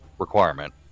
requirement